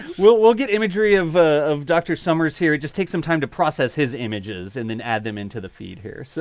we'll we'll get imagery of ah of dr. summers here. just take some time to process his images and then add them into the feed here. so,